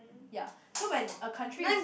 ya so when a country is